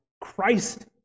christ